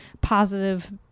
positive